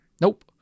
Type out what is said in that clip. nope